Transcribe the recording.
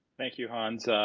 thank you, hans.